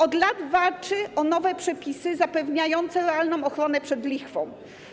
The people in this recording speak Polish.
Od lat walczy o nowe przepisy zapewniające realną ochronę przed lichwą.